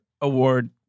award